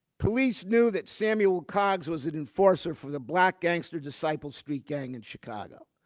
police knew that samuel coggs was an enforcer for the black gangster disciples street gang in chicago.